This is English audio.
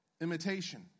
imitation